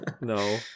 No